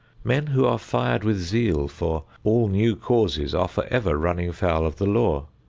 men who are fired with zeal for all new causes are forever running foul of the law.